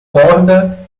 corda